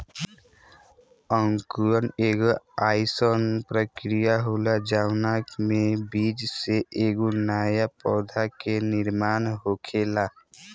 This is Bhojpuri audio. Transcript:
अंकुरण एगो आइसन प्रक्रिया होला जवना में बीज से एगो नया पौधा के निर्माण होखेला